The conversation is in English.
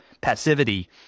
passivity